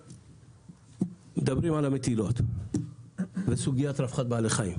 סוגית המטילות ורווחת בעלי החיים: